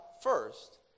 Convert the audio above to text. first